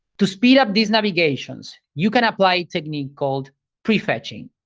to speed up these navigations, you can apply a technique called prefetching.